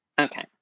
Okay